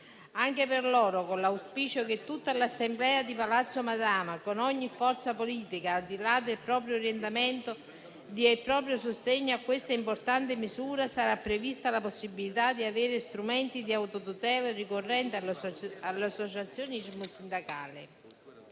Anche per loro, con l'auspicio che tutta l'Assemblea di Palazzo Madama, con ogni forza politica, al di là del proprio orientamento, dia il proprio sostegno a questa importante misura, sarà prevista la possibilità di avere strumenti di autotutela ricorrente all'associazionismo sindacale.